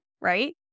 right